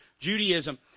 Judaism